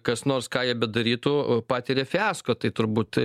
kas nors ką jie bedarytų patiria fiasko tai turbūt